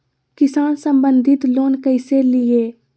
किसान संबंधित लोन कैसै लिये?